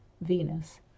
Venus